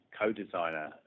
co-designer